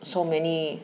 so many